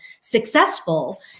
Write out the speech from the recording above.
successful